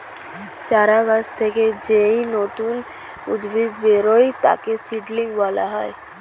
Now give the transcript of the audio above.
চারা গাছ থেকে যেই নতুন উদ্ভিদ বেরোয় তাকে সিডলিং বলে